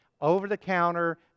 over-the-counter